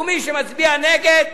ומי שמצביע נגד,